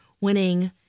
winning